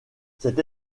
cette